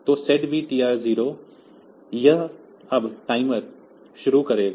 तो SETB TR0 यह अब टाइमर शुरू करेगा